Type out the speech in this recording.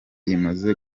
imaze